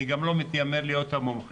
אני גם לא מתיימר להיות המומחה,